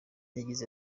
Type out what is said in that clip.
yagize